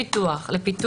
לפיתוח?